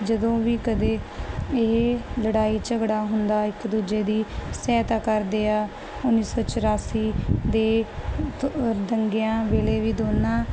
ਜਦੋਂ ਵੀ ਕਦੇ ਇਹ ਲੜਾਈ ਝਗੜਾ ਹੁੰਦਾ ਇੱਕ ਦੂਜੇ ਦੀ ਸਹਾਇਤਾ ਕਰਦੇ ਆ ਉੱਨੀ ਸੋ ਚੁਰਾਸੀ ਦੇ ਦੰਗਿਆਂ ਵੇਲੇ ਵੀ ਦੋਨਾਂ